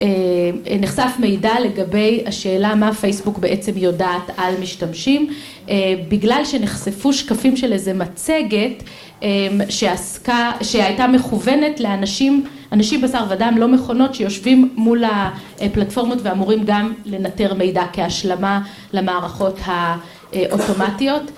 נחשף מידע לגבי השאלה מה פייסבוק בעצם יודעת על משתמשים, בגלל שנחשפו שקפים של איזה מצגת שהייתה מכוונת לאנשים, אנשים בשר ודם לא מכונות שיושבים מול הפלטפורמות ואמורים גם לנטר מידע כהשלמה למערכות האוטומטיות